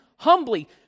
Humbly